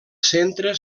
centre